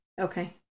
okay